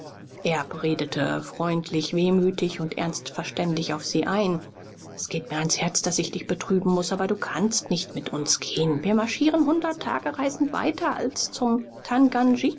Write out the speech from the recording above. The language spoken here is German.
erb redete freundlich wehmütig und ernst verständig auf sie ein es geht mir ans herz daß ich dich betrüben muß aber du kannst nicht mit uns gehen wir marschieren hundert tagereisen weiter als zum